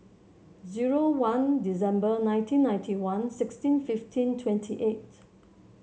zero one December nineteen ninety one sixteen fifteen twenty eight